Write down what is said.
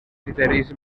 criteris